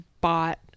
bought